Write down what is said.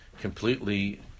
completely